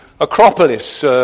Acropolis